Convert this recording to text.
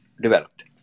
developed